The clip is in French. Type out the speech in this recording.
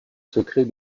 secret